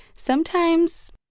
sometimes,